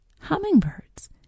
hummingbirds